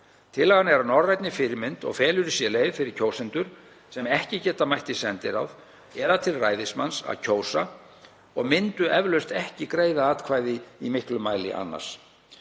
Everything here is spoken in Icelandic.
Tillagan er að norrænni fyrirmynd og felur í sér leið fyrir kjósendur sem ekki geta mætt í sendiráð eða til ræðismanns að kjósa og myndu eflaust ekki greiða atkvæði í miklum mæli annars.